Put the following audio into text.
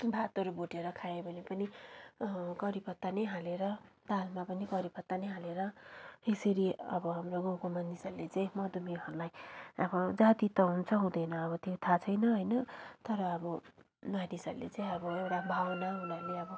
भातहरू भुटेर खायो भने पनि कडी पत्ता नै हालेर दालमा पनि कडी पत्ता नै हालेर यसरी अब हाम्रो गाउँको मानिसहरूले चाहिँ मधुमेहलाई अब जाती त हुन्छ हुँदैन अब त्यो थाहा छैन होइन तर अब मानिसहरूले चाहिँ अब एउटा भावना उनीहरूले अब